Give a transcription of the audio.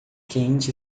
quente